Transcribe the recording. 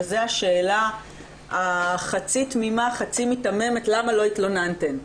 וזה השאלה החצי תמימה חצי מיתממת: למה לא התלוננתם?